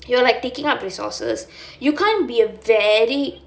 you're like taking up resources you can't be a very